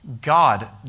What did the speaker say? God